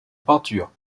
peinture